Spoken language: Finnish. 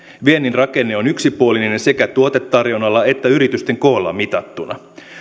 viennin rakenne on yksipuolinen sekä tuotetarjonnalla että yritysten koolla mitattuna